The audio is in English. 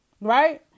right